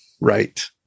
Right